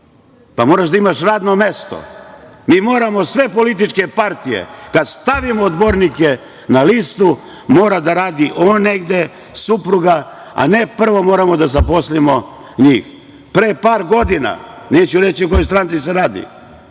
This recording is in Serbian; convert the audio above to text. Moraš da imaš radno mesto. Mi moramo sve političke partije kad stavimo odbornike na listu, mora da radi on negde, supruga, a ne prvo moramo da zaposlimo njih. Pre par godina, neću reći o kojoj stranci se radi,